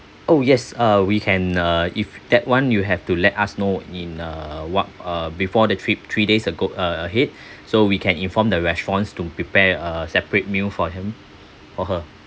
oh yes uh we can uh if that one you have to let us know in uh what uh before the trip three days ago uh ahead so we can inform the restaurants to prepare a separate meal for him or her